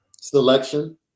selection